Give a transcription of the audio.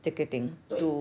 ticketing to